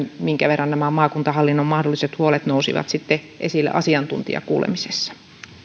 minkä verran nämä maakuntahallinnon mahdolliset huolet nousivat esille asiantuntijakuulemisessa